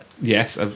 Yes